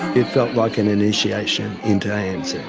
it felt like an initiation into anz.